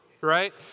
right